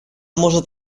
может